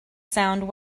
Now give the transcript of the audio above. sound